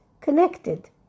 connected